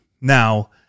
now